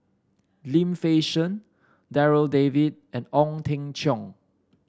Lim Fei Shen Darryl David and Ong Teng Cheong